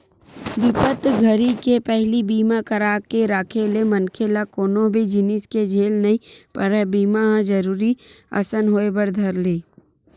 बिपत घरी के पहिली बीमा करा के राखे ले मनखे ल कोनो भी जिनिस के झेल नइ परय बीमा ह जरुरी असन होय बर धर ले